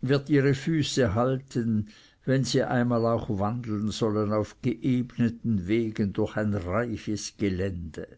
wird ihre füße halten wenn sie einmal auch wandeln sollen auf geebneten wegen durch ein reiches gelände